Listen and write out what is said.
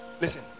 Listen